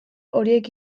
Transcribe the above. horiek